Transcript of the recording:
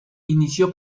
inició